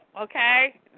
okay